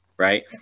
right